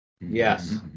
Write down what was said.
Yes